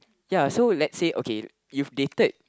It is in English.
ya so let's say okay you've dated